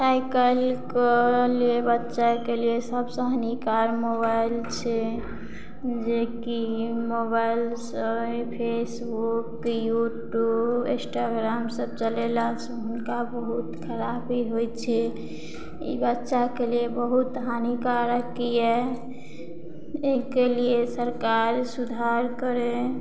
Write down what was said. आइकाल्हिके लिए बच्चाके लिए सबसे हानिकार मोबाइल छै जेकि मोबाइलसँ फेसबुक यूट्यूब इस्ट्राग्राम सब चलेला हुनका बहुत खराब भी होइ छै ई बच्चाके लिए बहुत हानिकारक अछि एहिके लिए सरकार सुधार करय